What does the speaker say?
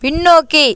பின்னோக்கி